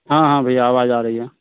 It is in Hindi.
हाँ हाँ भइया आवाज़ आ रही है